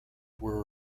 were